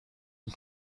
این